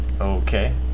Okay